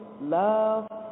love